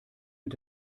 mit